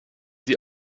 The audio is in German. sie